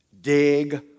Dig